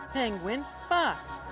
penguin, box.